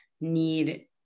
need